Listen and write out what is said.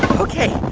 ok,